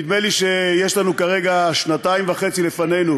נדמה לי שיש לנו כרגע שנתיים וחצי לפנינו